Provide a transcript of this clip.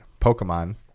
pokemon